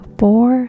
four